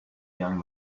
young